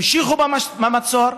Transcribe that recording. המשיכו במצור,